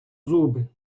зуби